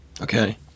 Okay